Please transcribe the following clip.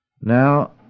Now